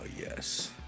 yes